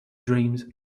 dreams